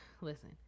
listen